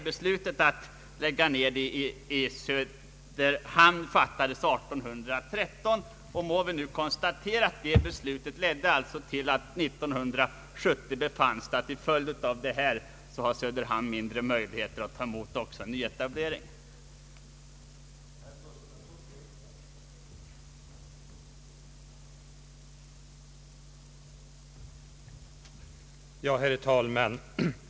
Beslutet att lägga ned tillverkningen i Söderhamn fattades 1813. Vi må nu konstatera att detta beslut ledde till att det 1970 befanns att Söderhamn har mindre möjligheter att ta emot en nyetablering. Herr talman, jag yrkar bifall till reservationen av herr Per Jacobsson m.fl.